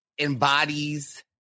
embodies